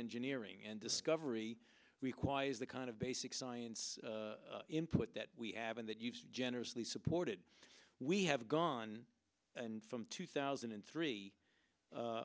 engineering and discovery requires the kind of basic science input that we have and that you've generously supported we have gone and from two thousand and three